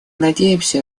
надеемся